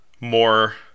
more